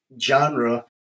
genre